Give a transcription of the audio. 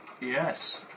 Yes